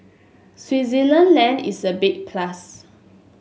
Switzerland land is a big plus